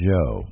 Joe